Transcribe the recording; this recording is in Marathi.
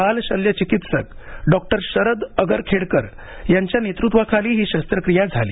बाल शल्यचिकित्सक डॉक्टर शरद अगरखेडकर यांच्या नेतृत्वाखाली ही शस्त्रक्रिया झाली